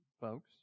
folks